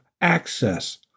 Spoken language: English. access